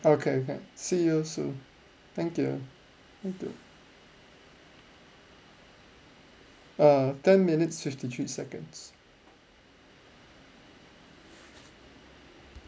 okay can see you soon thank you thank you err ten minutes fifty three seconds